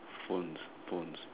phones phones